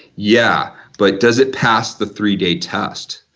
yeah, but does it pass the three-day test?